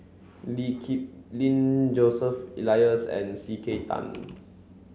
Lee Kip Lin Joseph Elias and C K Tang